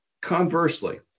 conversely